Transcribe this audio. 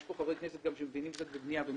יש פה חברי כנסת שמבינים קצת בבנייה והם